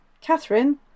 Catherine